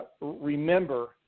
remember